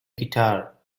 guitar